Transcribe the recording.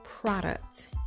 Product